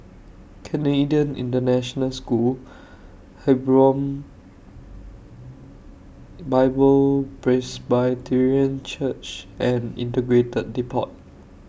Canadian International School Hebron Bible Presbyterian Church and Integrated Depot